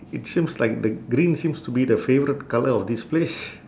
it seems like the green seems to be the favourite colour of this place